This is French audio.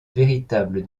véritable